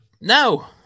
No